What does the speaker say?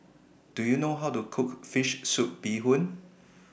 Do YOU know How to Cook Fish Soup Bee Hoon